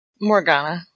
Morgana